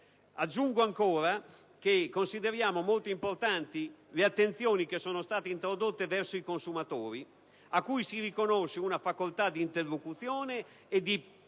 Aggiungo ancora che si considerano molto importanti le attenzioni che sono state introdotte a beneficio dei consumatori, ai quali si riconosce una facoltà di interlocuzione e